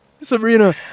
Sabrina